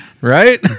Right